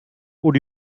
would